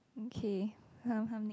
okay come come